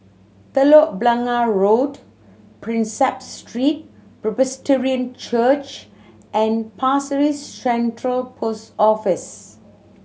Telok Blangah Road Prinsep Street Presbyterian Church and Pasir Ris Central Post Office